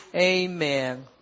Amen